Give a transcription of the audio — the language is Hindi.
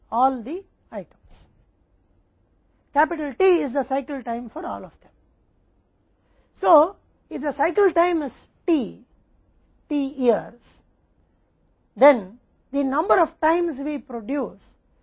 इसलिए यदि चक्र का समय T T वर्ष है तो हम जो उत्पादन करते हैं उसकी संख्या 1 से T इतनी बार है जिस वर्ष हम उत्पादन करते हैं